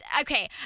Okay